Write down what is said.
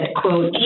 quote